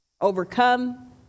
overcome